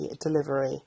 delivery